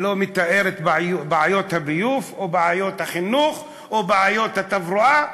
לא מתאר את בעיות הביוב או בעיות החינוך או בעיות התברואה.